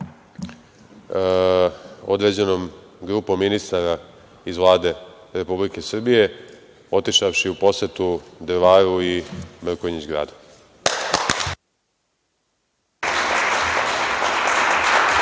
određenom grupom ministara iz Vlade Republike Srbije, otišavši u posetu Drvaru i Mrkonjić Gradu.